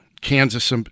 Kansas